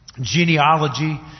Genealogy